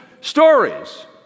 stories